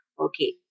Okay